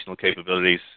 capabilities